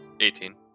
Eighteen